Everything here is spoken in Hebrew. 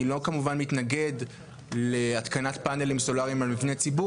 כמובן שאני לא מתנגד להתקנת פאנלים סולריים על מבני ציבור,